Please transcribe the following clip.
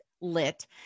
lit